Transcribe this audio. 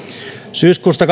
syyskuusta